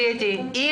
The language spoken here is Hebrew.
אני